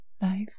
life